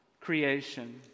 creation